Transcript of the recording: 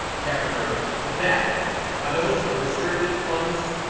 ah cap reserve is that are those ah restricted funds.